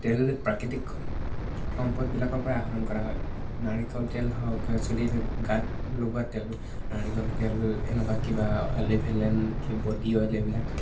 তেল প্ৰাকৃতিক সম্পদবিলাকৰ পৰাই আহৰণ কৰা হয় নাৰিকল তেল হওক চলি গাত লগোৱা তেল নাৰিকল তেল এনেকুৱা কিবা অলিভেল বডি অইল এইবিলাক